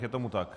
Je tomu tak?